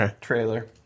trailer